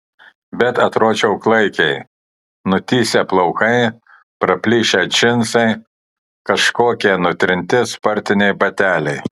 bet atrodžiau klaikiai nutįsę plaukai praplyšę džinsai kažkokie nutrinti sportiniai bateliai